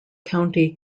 county